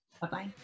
Bye-bye